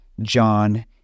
John